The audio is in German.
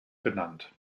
benannt